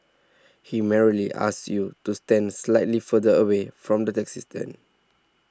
he merely asked you to stand slightly further away from the taxi stand